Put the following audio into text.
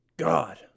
god